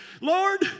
Lord